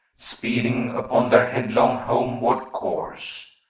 speeding upon their headlong homeward course,